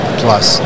plus